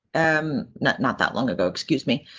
um not not that long ago. excuse me,